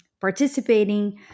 participating